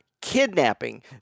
kidnapping